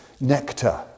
nectar